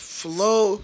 flow